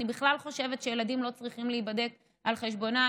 אני בכלל חושבת שילדים לא צריכים להיבדק על חשבונם.